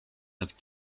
have